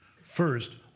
First